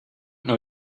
know